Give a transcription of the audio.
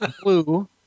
blue